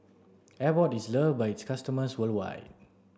Abbott is loved by its customers worldwide